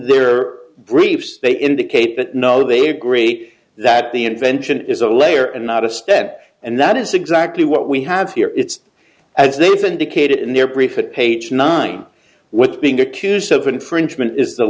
their briefs they indicate that no they agree that the invention is a layer and not a step and that is exactly what we have here it's as they've indicated in their brief it page nine what's being accused of infringement is the